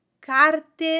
carte